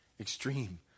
Extreme